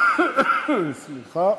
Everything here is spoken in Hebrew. סליחה,